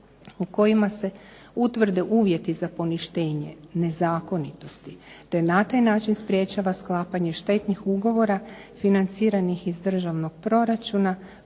u kojima se utvrde uvjeti za poništenje nezakonitosti, te na taj način sprječavanja sklapanje štetnih ugovora financiranih iz državnog proračuna,